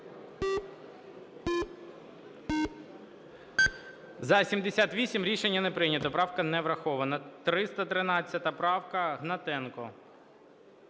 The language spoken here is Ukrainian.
За-78 Рішення не прийнято. Правка не врахована. 313 правка. Гнатенко.